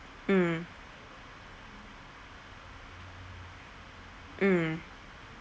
mm mm